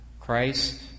Christ